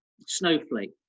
Snowflake